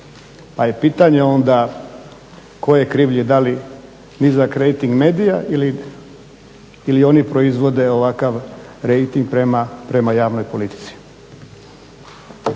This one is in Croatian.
pa je pitanje onda tko je krivlji da li nizak rejting medija ili oni proizvode ovakav rejting prema javnoj politici.